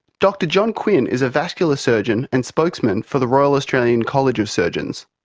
dr john quinn is a vascular surgeon and spokesman for the royal australian college of surgeons.